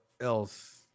else